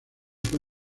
fue